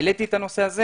העליתי את הנושא הזה